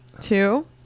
Two